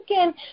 again